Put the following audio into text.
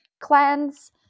cleanse